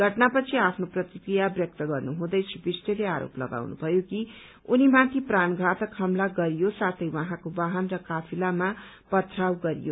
घटना पछि आफ्नो प्रतिक्रिया व्यक्त गर्नुहुँदै श्री विष्टले आरोप लगाउनु भयो कि उनीमाथि प्राणघातक हमला गरियो साथै उहाँको वाहन र काफिलामा पथराव गरियो